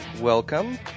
welcome